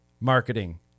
marketing